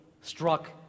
struck